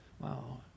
Wow